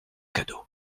cadeau